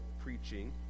preaching